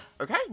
Okay